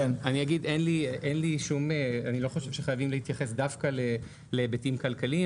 אני לא חושב שחייבים להתייחס דווקא להיבטים הכלכליים.